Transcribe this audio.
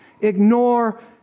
ignore